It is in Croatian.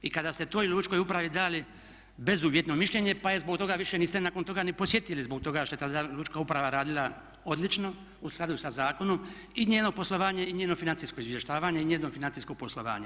I kada ste toj lučkoj upravi dali bezuvjetno mišljenje pa je zbog toga više niste nakon toga ni posjetili zbog toga što je tada lučka uprava radila odlično, u skladu sa zakonom i njeno poslovanje i njeno financijsko izvještavanje i njeno financijsko poslovanje.